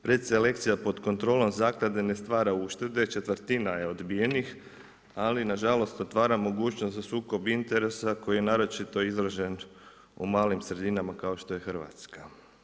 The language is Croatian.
Predselekcija pod kontrolom zaklade ne stvara uštede, četvrtina je odbijenih ali nažalost otvara mogućnost za sukob interesa koji je naročito izražen u malim sredinama kao što je Hrvatska.